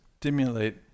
stimulate